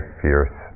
fierce